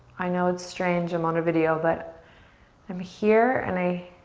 i know it's strange, i'm on a video but i'm here and i